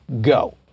go